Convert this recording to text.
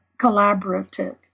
collaborative